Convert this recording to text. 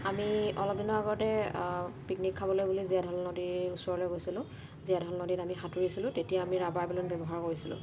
আমি অলপ দিনৰ আগতে পিকনিক খাবলৈ বুলি জিয়াধল নদীৰ ওচৰলৈ গৈছিলোঁ জিয়াধল নদীত আমি সাঁতুৰিছিলোঁ তেতিয়া আমি ৰাবাৰ বেলুন ব্যৱহাৰ কৰিছিলোঁ